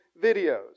videos